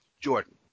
Jordan